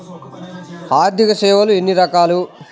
ఆర్థిక సేవలు ఎన్ని రకాలు?